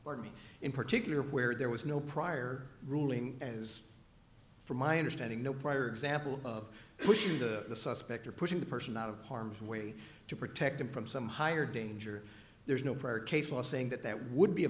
or me in particular where there was no prior ruling as from my understanding no prior example of pushing the suspect or pushing the person out of harm's way to protect him from some higher danger there's no prior case law saying that that would be a